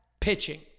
Pitching